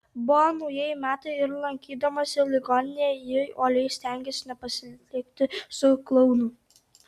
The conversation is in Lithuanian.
buvo naujieji metai ir lankydamasi ligoninėje ji uoliai stengėsi nepasilikti su klounu